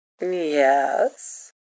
Yes